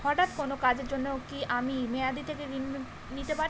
হঠাৎ কোন কাজের জন্য কি আমি মেয়াদী থেকে ঋণ নিতে পারি?